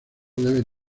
debe